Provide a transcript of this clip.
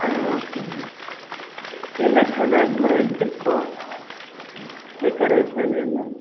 ಹಾಂ okay ma'am ಎಲ್ಲ ಚೆನ್ನಾಗಿ ಮಾಡಬೇಕು ಡೆಕೋರೇಷನ್ ಎಲ್ಲ